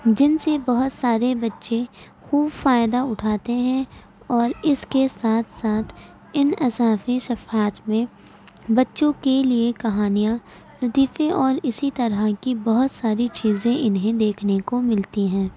جن سے بہت سارے بچے خوب فائدہ اُٹھاتے ہیں اور اِس کے ساتھ ساتھ اِن اضافی صفحات میں بچوں کے لیے کہانیاں لطیفے اور اِسی طرح کی بہت ساری چیزیں اِنہیں دیکھنے کو ملتی ہیں